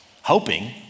hoping